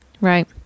Right